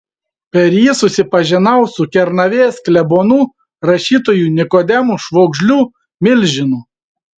per jį susipažinau su kernavės klebonu rašytoju nikodemu švogžliu milžinu